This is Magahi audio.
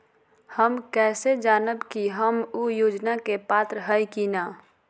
हम कैसे जानब की हम ऊ योजना के पात्र हई की न?